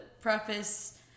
preface